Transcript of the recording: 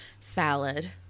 Salad